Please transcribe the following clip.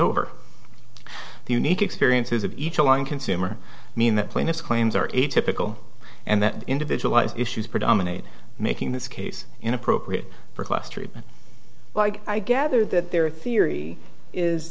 over the unique experiences of each along consumer mean that plaintiff's claims are atypical and that individualized issues predominate making this case inappropriate for class treatment like i gather that their theory is